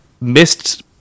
missed